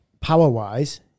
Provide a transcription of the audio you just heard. power-wise